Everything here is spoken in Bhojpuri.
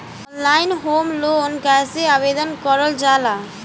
ऑनलाइन होम लोन कैसे आवेदन करल जा ला?